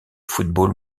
football